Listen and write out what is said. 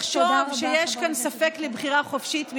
לחשוב שיש כאן ספק בבחירה חופשית,